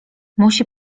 musi